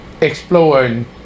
exploring